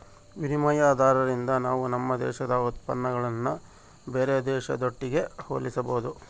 ವಿನಿಮಯ ದಾರದಿಂದ ನಾವು ನಮ್ಮ ದೇಶದ ಉತ್ಪನ್ನಗುಳ್ನ ಬೇರೆ ದೇಶದೊಟ್ಟಿಗೆ ಹೋಲಿಸಬಹುದು